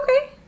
Okay